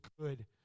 good